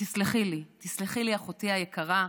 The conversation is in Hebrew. ותסלחי לי, תסלחי לי, אחותי היקרה,